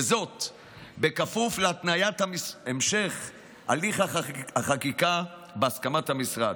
בכפוף להתניית המשך הליך החקיקה בהסכמת המשרד,